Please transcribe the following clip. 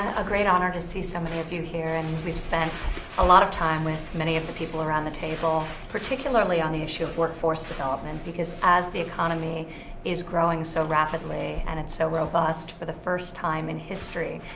a great honor to see so many of you here. and we've spent a lot of time with many of the people around the table, particularly on the issue of workforce development. because as the economy is growing so rapidly, and it's so robust, for the first time in history,